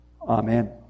Amen